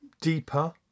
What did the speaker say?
deeper